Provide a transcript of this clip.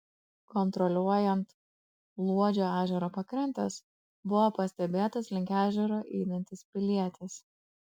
kontroliuojant luodžio ežero pakrantes buvo pastebėtas link ežero einantis pilietis